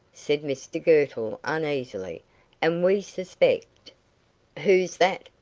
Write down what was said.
said mr girtle, uneasily and we suspect who's that?